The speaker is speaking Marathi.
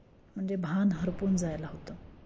म्हणजे भान हरपून जायला होतं